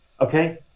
Okay